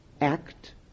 act